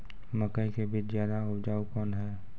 मकई के बीज ज्यादा उपजाऊ कौन है?